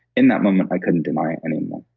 in that moment, i couldn't deny it anymore,